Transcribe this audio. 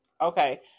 Okay